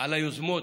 על היוזמות,